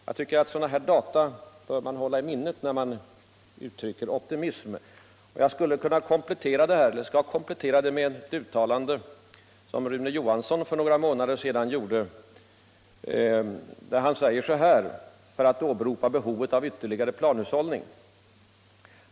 Jag tycker att sådana här data bör man hålla i minnet när man uttrycker optimism. Jag skall komplettera dem med ett uttalande som Rune Johansson för några månader sedan gjorde för att åberopa behovet av ytterligare planhushållning.